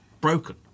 broken